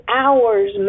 hours